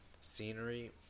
Scenery